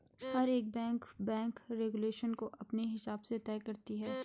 हर एक bank bank regulation को अपने हिसाब से तय करती है